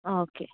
ആ ഓക്കേ